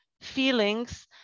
feelings